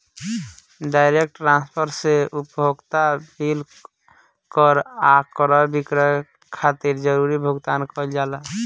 direct transfer से उपभोक्ता bill कर आ क्रय विक्रय खातिर जरूरी भुगतान कईल जाला